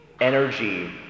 energy